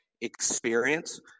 experience